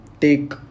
take